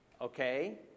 Okay